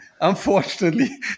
Unfortunately